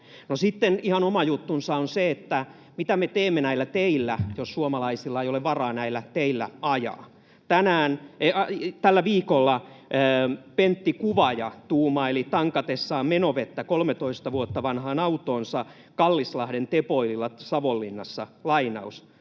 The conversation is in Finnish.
Sitten ihan oma juttunsa on se, mitä me teemme näillä teillä, jos suomalaisilla ei ole varaa näillä teillä ajaa. Tällä viikolla Pentti Kuvaja tuumaili tankatessaan menovettä 13 vuotta vanhaan autoonsa Kallislahden Teboililla Savonlinnassa: